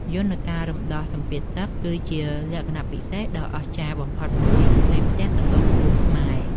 យន្តការរំដោះសម្ពាធទឹក គឺជាលក្ខណៈពិសេសដ៏អស្ចារ្យបំផុតមួយនៃផ្ទះសសរខ្ពស់ខ្មែរ។